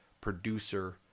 producer